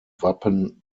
wappen